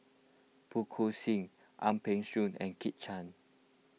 Phua Kin Siang Ang Peng Siong and Kit Chan